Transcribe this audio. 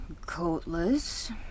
Coatless